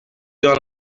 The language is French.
dans